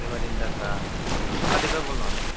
দেওবাৰ দিন এটা চা অহা দেওবাৰে ব'ল নহ'লে